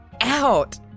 out